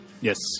Yes